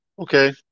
Okay